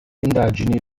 indagini